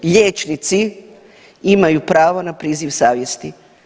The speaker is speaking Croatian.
Liječnici imaju pravo na priziv savjesti.